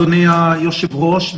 אדוני היושב-ראש,